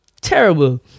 terrible